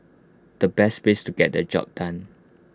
the best place to get the job done